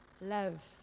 love